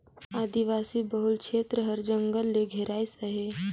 आदिवासी बहुल छेत्र हर जंगल ले घेराइस अहे